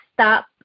stop